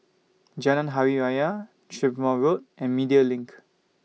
Jalan Hari Raya Strathmore Road and Media LINK